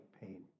pain